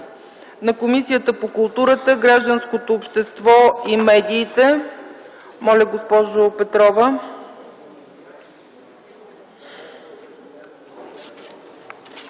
на Комисията по културата, гражданското общество и медиите. Моля, госпожо Петрова.